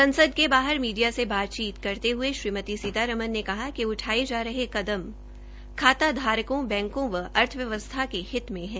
संसद के बाहर मीडिया से बातचीत करते हये श्रीमती सीतारमन ने कहा कि उठाये जा रहे कदम खाता धारकों बैंको एवं अर्थव्यवस्था के हित में है